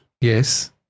Yes